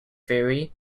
theory